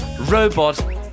robot